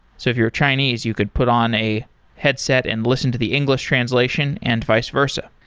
so if you're chinese, you could put on a headset and listen to the english translation and vice versa.